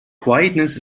quietness